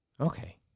Okay